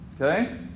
Okay